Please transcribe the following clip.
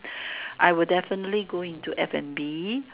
I will definitely go into F and B